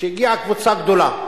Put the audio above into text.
שהגיעה קבוצה גדולה.